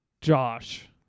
Josh